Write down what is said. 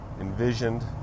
envisioned